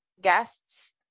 guests